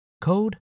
code